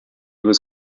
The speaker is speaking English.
was